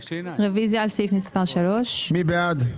רוויזיה על סעיף מספר 3. מי בעד?